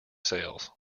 sales